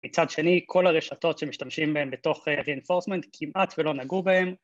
מצד שני, כל הרשתות שמשתמשים בהן בתוך reinforcement כמעט ולא נגעו בהן